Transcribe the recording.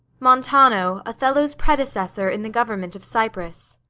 montano, othello's predecessor in the government of cyprus.